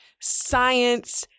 science